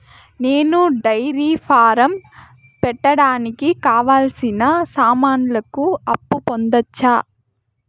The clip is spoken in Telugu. నేను డైరీ ఫారం పెట్టడానికి కావాల్సిన సామాన్లకు అప్పు పొందొచ్చా?